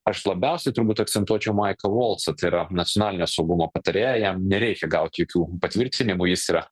aš labiausiai turbūt akcentuočiau maiką volcą tai yra nacionalinio saugumo patarėją jam nereikia gaut jokių patvirtinimų jis yra